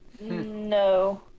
No